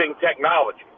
technology